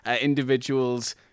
individuals